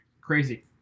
Crazy